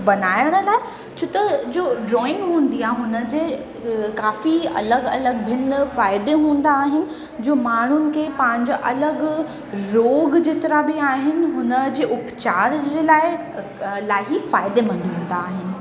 बणाइण लाइ छो त जो ड्रॉइंग हूंदी आहे हुनजे काफ़ी अलॻि अलॻि भिन्न फ़ाइदा हूंदा आहिनि जो माण्हुनि खे पंहिंजा अलॻि रोग जेतिरा बि आहिनि हुनजे उपचार जे लाइ इलाही फ़ाइदेमंद हूंदा आहिनि